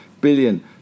billion